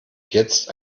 jetzt